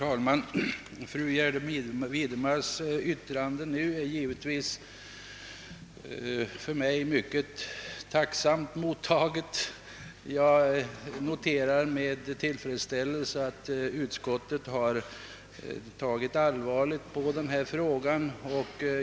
Herr talman! Jag är givetvis mycket tacksam över fru Gärde Widemars yttrande och noterar med tillfredsställelse att utskottet har tagit allvarligt på frågan.